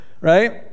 right